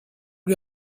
lui